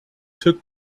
took